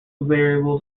variables